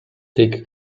take